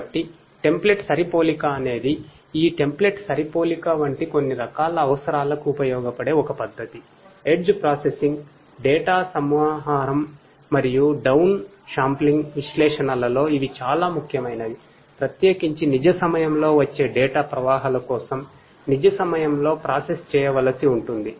కాబట్టి టెంప్లేట్ చేయవలసి ఉంటుంది